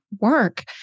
work